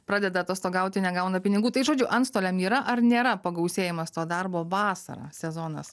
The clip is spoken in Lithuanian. pradeda atostogauti negauna pinigų tai žodžiu antstoliam yra ar nėra pagausėjimas to darbo vasarą sezonas